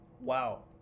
Wow